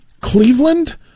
Cleveland